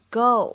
go